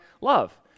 love